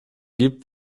gibt